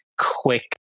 quick